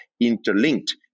interlinked